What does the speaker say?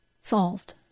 solved